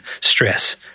stress